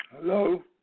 Hello